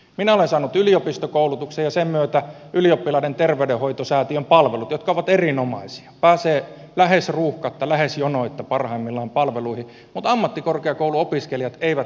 minä olen saanut yliopistokoulutuksen ja sen myötä ylioppilaiden terveydenhoitosäätiön palvelut jotka ovat erinomaisia pääsee lähes ruuhkatta lähes jonoitta parhaimmillaan palveluihin mutta ammattikorkeakouluopiskelijat eivät noita palveluita saa